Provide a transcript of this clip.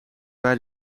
bij